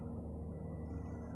we cannot macam